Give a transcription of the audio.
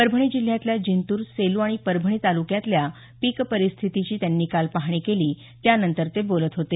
परभणी जिल्ह्यातल्या जिंतूर सेलू आणि परभणी तालुक्यांतल्या पीक परिस्थितीची त्यांनी काल पाहणी केली त्यानंतर ते बोलत होते